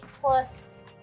plus